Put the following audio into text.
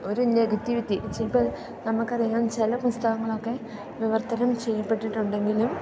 ഒരു നെഗറ്റിവിറ്റി ചിലപ്പോൾ നമുക്കറിയാം ചില പുസ്തകങ്ങളൊക്കെ വിവർത്തനം ചെയ്യപ്പെട്ടിട്ടുണ്ടെങ്കിലും